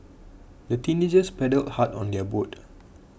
the teenagers paddled hard on their boat